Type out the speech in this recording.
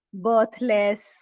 birthless